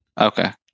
Okay